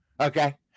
Okay